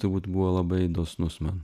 turbūt buvo labai dosnus man